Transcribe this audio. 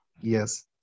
Yes